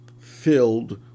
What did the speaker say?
filled